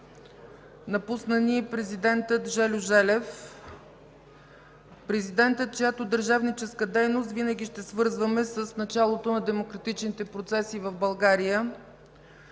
напусна ни президентът Желю Желев – президентът, чиято държавническа дейност винаги ще свързваме с началото на демократичните процеси в България.